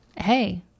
Hey